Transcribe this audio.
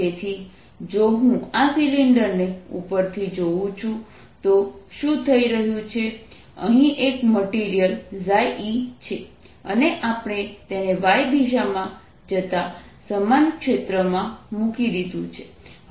તેથી જો હું આ સિલિન્ડરને ઉપરથી જોઉં છું તો શું થઈ રહ્યું છે અહીં એક મટીરીયલ e છે અને આપણે તેને y દિશામાં જતા સમાન ક્ષેત્રમાં મૂકી દીધું છે